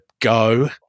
go